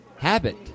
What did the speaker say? Habit